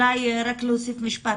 רק להוסיף משפט,